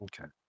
Okay